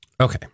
okay